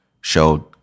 showed